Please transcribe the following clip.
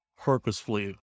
purposefully